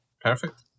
perfect